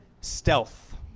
stealth